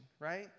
right